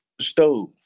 stove